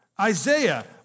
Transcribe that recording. Isaiah